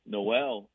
Noel